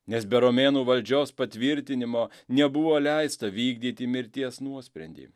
nes be romėnų valdžios patvirtinimo nebuvo leista vykdyti mirties nuosprendį